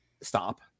Stop